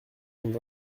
sont